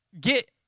get